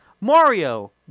Mario